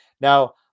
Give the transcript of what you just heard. Now